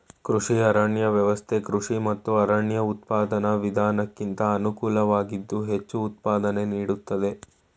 ಕೃಷಿ ಅರಣ್ಯ ವ್ಯವಸ್ಥೆ ಕೃಷಿ ಮತ್ತು ಅರಣ್ಯ ಉತ್ಪಾದನಾ ವಿಧಾನಕ್ಕಿಂತ ಅನುಕೂಲವಾಗಿದ್ದು ಹೆಚ್ಚು ಉತ್ಪಾದನೆ ನೀಡ್ತದೆ